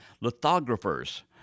lithographers